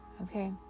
okay